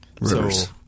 rivers